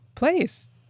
place